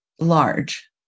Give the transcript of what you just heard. large